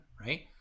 right